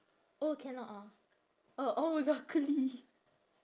oh cannot ah uh oh luckily